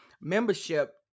membership